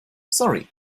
sorry